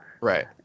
Right